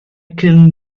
can